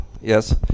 Yes